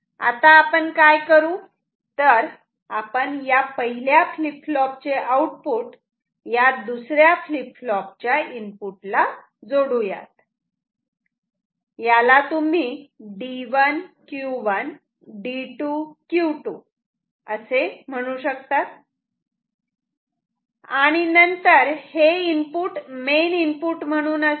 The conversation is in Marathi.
आता आपण काय करू तर आपण या पहिल्या फ्लीप फ्लॉप चे आउटपुट या दुसऱ्या फ्लीप फ्लॉप च्या इनपुटला जोडू यात याला तुम्ही D 1 Q 1 D 2 Q 2 असे म्हणू शकतात आणि नंतर हे इनपुट मेन इनपुट म्हणून असेल